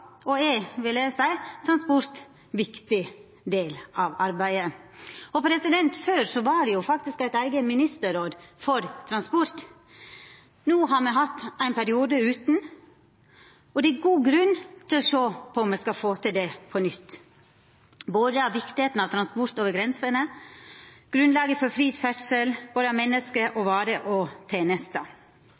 vil eg seia ‒ transport ein viktig del av arbeidet. Før var det faktisk eit eige ministerråd for transport. No har me hatt ein periode utan, og det er god grunn til å sjå på om me skal få til det på nytt, både på grunn av viktigheita av transport over grensene og grunnlaget for fri ferdsel både av menneske, varer og tenester.